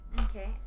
Okay